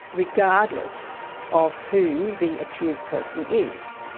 regardless of who the accused person is.